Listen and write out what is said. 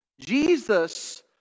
Jesus